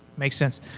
make sense.